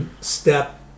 step